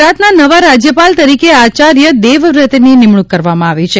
ગુજરાતના નવા રાજ્યપાલ તરીકે આચાર્ય દેવવ્રતની નિમણૂંક કરવામાં આવી છે